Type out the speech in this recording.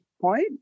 point